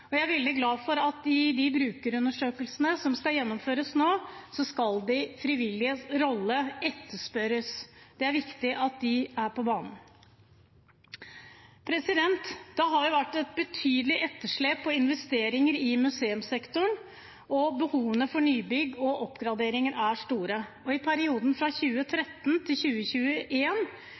Jeg er veldig glad for at i de brukerundersøkelsene som skal gjennomføres nå, skal de frivilliges rolle etterspørres. Det er viktig at de er på banen. Det har vært et betydelig etterslep på investeringer i museumssektoren, og behovene for nybygg og oppgraderinger er store. I perioden fra 2013–2021 bevilget man over 1 mrd. kr til